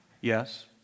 Yes